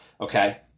Okay